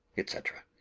etc,